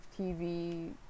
TV